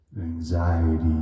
anxiety